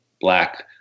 black